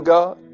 God